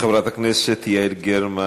חברת הכנסת יעל גרמן,